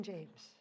James